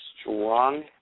strong